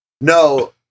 no